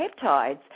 peptides